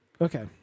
okay